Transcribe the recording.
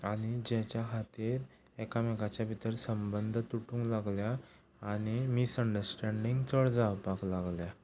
आनी जाच्या खातीर एकामेकाचे भितर संबंध तुटूंक लागल्यात आनी मिसअंडस्टेंडींग चड जावपाक लागल्या